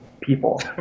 people